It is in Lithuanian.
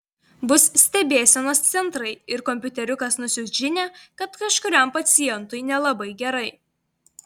bus stebėsenos centrai ir kompiuteriukas nusiųs žinią kad kažkuriam pacientui nelabai gerai